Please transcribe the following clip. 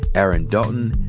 aaron dalton,